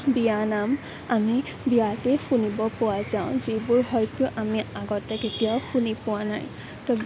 বিয়ানাম আমি বিয়াতেই শুনিব পোৱা যাওঁ যিবোৰ হয়তো আমি আগতে কেতিয়াও শুনি পোৱা নাই